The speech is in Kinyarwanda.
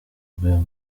rwego